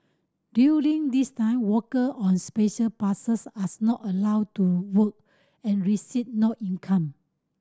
during this time worker on Special Passes as not allowed to work and receive no income